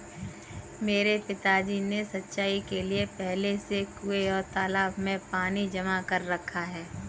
मेरे पिताजी ने सिंचाई के लिए पहले से कुंए और तालाबों में पानी जमा कर रखा है